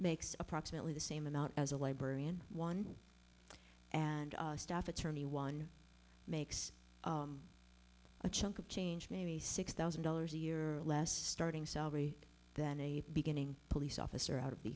makes approximately the same amount as a librarian one and a staff attorney one makes a chunk of change maybe six thousand dollars a year or less starting salary then a beginning police officer out of the